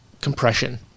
compression